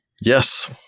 Yes